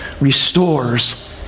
restores